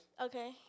Okay